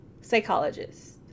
psychologist